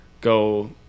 go